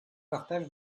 partage